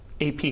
AP